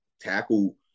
tackle